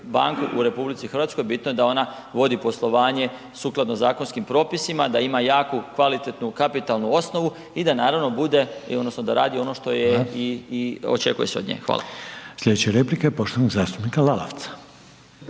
banku u RH bitno je da ona vodi poslovanje sukladno zakonskim propisima, da ima jaku kvalitetnu kapitalnu osnovu i da naravno radi ono što se očekuje od nje. Hvala. **Reiner, Željko (HDZ)** Hvala. Sljedeća replika je poštovanog zastupnika Lalovca.